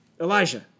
Elijah